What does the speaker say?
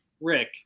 Rick